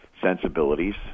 sensibilities